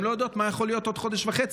לא יודעות מה יכול להיות עוד חודש וחצי.